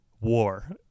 War